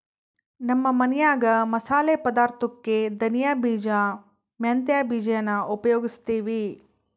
ನಮ್ಮ ಮನ್ಯಾಗ ಮಸಾಲೆ ಪದಾರ್ಥುಕ್ಕೆ ಧನಿಯ ಬೀಜ, ಮೆಂತ್ಯ ಬೀಜಾನ ಉಪಯೋಗಿಸ್ತೀವಿ